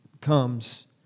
comes